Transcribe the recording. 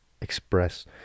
express